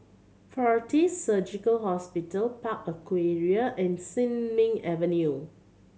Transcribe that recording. Fortis Surgical Hospital Park Aquaria and Sin Ming Avenue